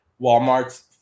Walmart's